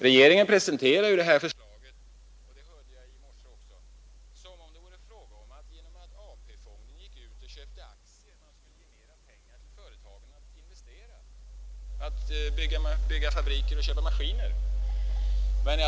Regeringen presenterar ju det förslaget — det hörde jag även i morse — som om det vore fråga om att genom AP-fondernas aktieinköp ge företagen mera pengar att investera, att bygga fabriker och köpa maskiner för.